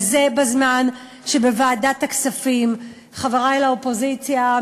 וזה בזמן שבוועדת הכספים חברי לאופוזיציה,